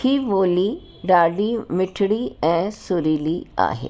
इहा ॿोली ॾाढी मिठड़ी ऐं सुरीली आहे